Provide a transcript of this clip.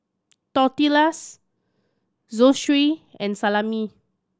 Tortillas Zosui and Salami